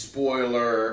Spoiler